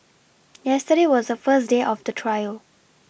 yesterday was the first day of the trial